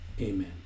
amen